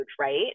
right